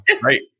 right